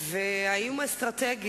והבן מתקרב לאוזן של האבא,